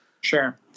Sure